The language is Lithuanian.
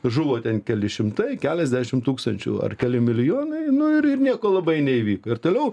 žuvo ten keli šimtai keliasdešimt tūkstančių ar keli milijonai nu ir ir nieko labai neįvyko ir toliau